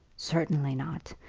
certainly not.